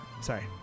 sorry